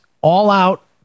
all-out